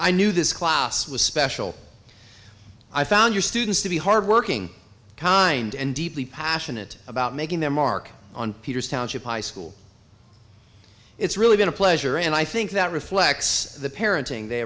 i knew this class was special i found your students to be hardworking kind and deeply passionate about making their mark on peter's township high school it's really been a pleasure and i think that reflects the parenting they